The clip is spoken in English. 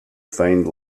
find